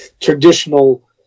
traditional